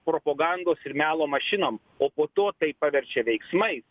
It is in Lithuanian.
propagandos ir melo mašinom o po to tai paverčia veiksmais